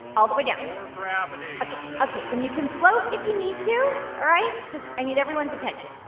all the way down or gravity ok, ok, then you can float if you need to, all right? just, i need everyone's attention.